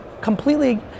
completely